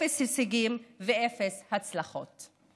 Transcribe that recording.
אפס הישגים ואפס הצלחות.